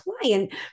client